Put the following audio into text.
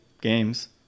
games